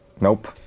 Nope